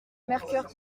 mercœur